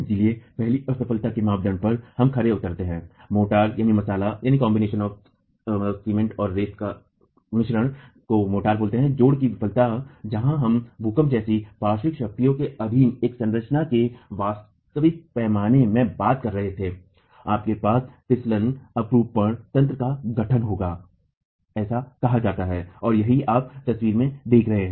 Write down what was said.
इसलिए पहली असफलता के मापदंड पर हम खरे उतरे हैं मोर्टारमसाले जोड़ की विफलता जहां हम भूकंप जैसी पार्श्व शक्तियों के अधीन एक संरचना के वास्तविक पैमाने में बात कर रहे थे आपके पास फिसलन अपरूपण तंत्र का गठन होगा एसा कहा जाता है और यही आप तस्वीर में देख रहे हैं